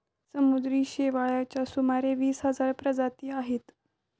समुद्री शेवाळाच्या सुमारे वीस हजार प्रजाती आहेत